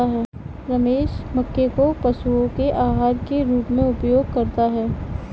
रमेश मक्के को पशुओं के आहार के रूप में उपयोग करता है